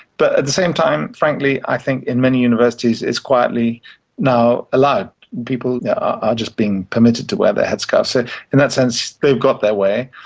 but at the same time, frankly, i think in many universities it's quietly now allowed, and people are just being permitted to wear their headscarves. so in that sense they've got their way.